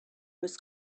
was